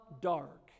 dark